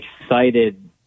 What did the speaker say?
excited